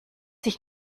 dich